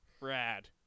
rad